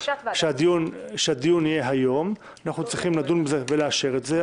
אנחנו צריכים לדון בזה ולאשר את זה.